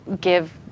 give